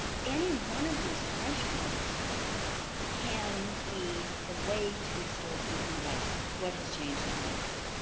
any one of these questions can be a way to start thinking about what has changed in my life.